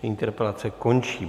Interpelace končí.